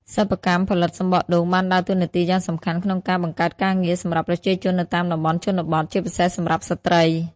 សិប្បកម្មផលិតសំបកដូងបានដើរតួនាទីយ៉ាងសំខាន់ក្នុងការ បង្កើតការងារ សម្រាប់ប្រជាជននៅតាមតំបន់ជនបទ ជាពិសេសសម្រាប់ស្ត្រី។